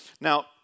Now